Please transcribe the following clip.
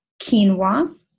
quinoa